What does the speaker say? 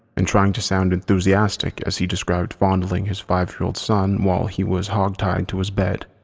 and trying to sound enthusiastic as he described fondling his five year old son while he was hog tied to his bed.